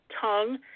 tongue